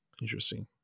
interesting